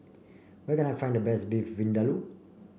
where can I find the best Beef Vindaloo